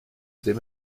ddim